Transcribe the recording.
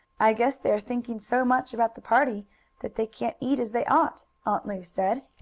i guess they are thinking so much about the party that they can't eat as they ought, aunt lu said.